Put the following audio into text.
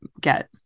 get